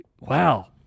Wow